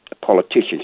politicians